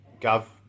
Gav